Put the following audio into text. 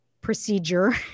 procedure